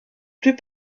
plus